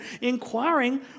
inquiring